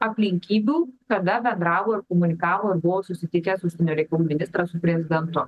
aplinkybių kada bendravo ir komunikavo ir buvo susitikęs užsienio reikalų ministras su prezidentu